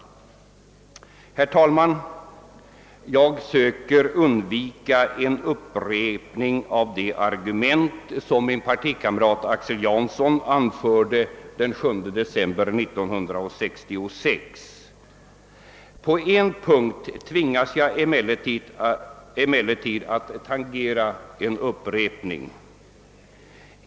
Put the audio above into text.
Herr talman! Jag söker undvika en upprepning av de argument som min partikamrat Axel Jansson anförde den 7 december 1966. På en punkt tvingas jag emellertid att tangera en upprepning.